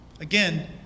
again